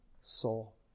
soul